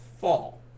fall